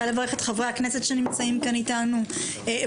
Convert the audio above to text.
אני רוצה לברך את חברי הכנסת שנמצאים כאן איתנו ואת